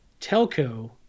telco